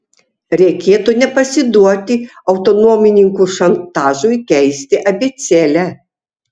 reikėtų nepasiduoti autonomininkų šantažui keisti abėcėlę